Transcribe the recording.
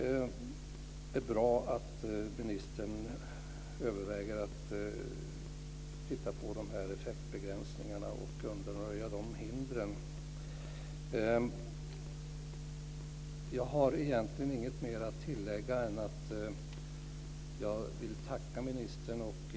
Fru talman! Det är bra att ministern överväger att titta på effektbegränsningarna och undanröja de hinder som finns. Jag har egentligen inget mer att tillägga än att jag vill tacka ministern.